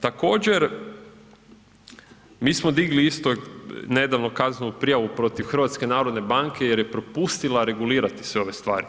Također, mi smo digli isto nedavno kaznenu prijavu protiv HNB-a jer je propustila regulirati sve ove stvari.